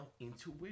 intuition